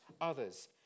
others